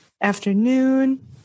afternoon